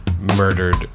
murdered